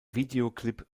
videoclip